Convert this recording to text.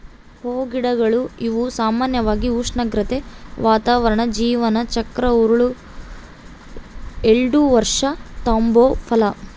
ಹೂಗಿಡಗಳು ಇವು ಸಾಮಾನ್ಯವಾಗಿ ಉಷ್ಣಾಗ್ರತೆ, ವಾತಾವರಣ ಜೀವನ ಚಕ್ರ ಉರುಳಲು ಎಲ್ಡು ವರ್ಷ ತಗಂಬೋ ಫಲ